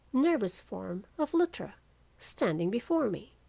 nervous form of luttra standing before me.